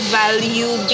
value